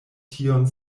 tion